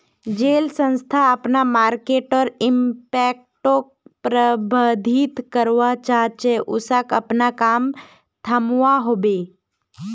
जेल संस्था अपना मर्केटर इम्पैक्टोक प्रबधित करवा चाह्चे उसाक अपना काम थम्वा होबे